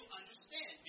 understand